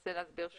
אנסה להסביר שוב.